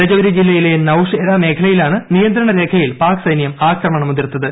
രജൌരി ജില്ലയിലെ നൌഷേരാ മേഖലയിലാണ് നിയന്ത്രണരേഖയിൽ പാക്സൈന്യം ആക്രമണമുതിർത്തത്